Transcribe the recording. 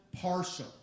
partial